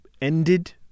ended